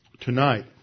tonight